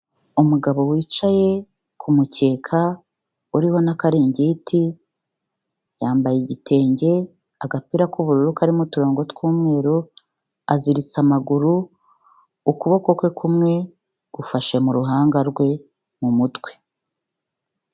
Umugabo wicaye ku mukeka uriho na karingiti. Yambaye igitenge, agapira k'ubururu karimo uturongo tw'umweru. Aziritse amaguru ukuboko kwe kumwe gufashe mu ruhanga rwe, mu mutwe.